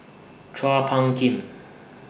Chua Phung Kim